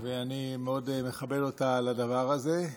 ואני מאוד מכבד אותה על הדבר הזה.